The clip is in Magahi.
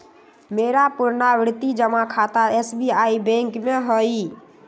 मेरा पुरनावृति जमा खता एस.बी.आई बैंक में हइ